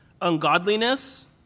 ungodliness